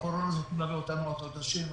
היא תלווה אותנו עוד חודשים,